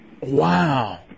wow